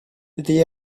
the